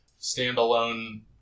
standalone